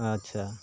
ᱟᱪᱪᱷᱟ